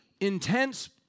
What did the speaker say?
intense